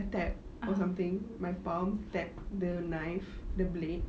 a tap or something my palm tap the knife the blade